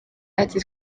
ati